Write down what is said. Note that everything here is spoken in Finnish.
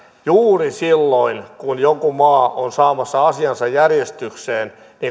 juuri silloin kun joku maa on saamassa asiansa järjestykseen